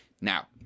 Now